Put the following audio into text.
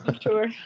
sure